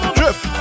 drift